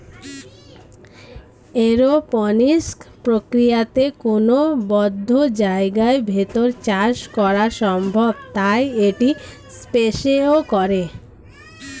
aeroponics প্রক্রিয়াতে কোনো বদ্ধ জায়গার ভেতর চাষ করা সম্ভব তাই এটি স্পেসেও করে